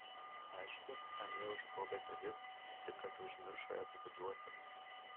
aišku anie užgrobę pilis tik kad užmiršo jas atiduoti